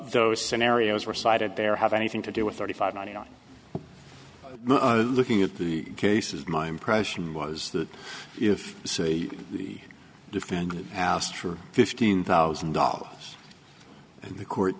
those scenarios were cited there have anything to do with thirty five ninety nine looking at the cases my impression was that if the defendant asked for fifteen thousand dollars the court